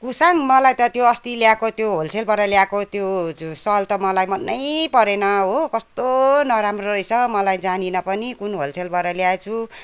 कुसाङ मलाई त त्यो अस्ति ल्याएको त्यो होलसेलबाट ल्याएको त्यो त्यो सल त मलाई मनैपरेन हो कस्तो नराम्रो रहेछ मलाई जानिनँ पनि कुन होलसेलबाट ल्याएँछु